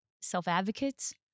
self-advocates